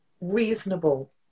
reasonable